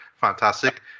fantastic